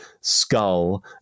skull